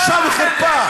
בושה וחרפה.